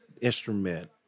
instrument